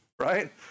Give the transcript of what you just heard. right